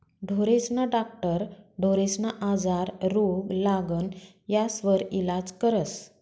ढोरेस्ना डाक्टर ढोरेस्ना आजार, रोग, लागण यास्वर इलाज करस